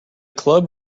club